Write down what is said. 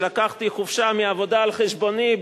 שלקחתי חופשה מהעבודה על חשבוני,